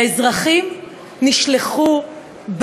האזרחים נשלחו,